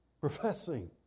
professing